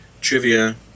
trivia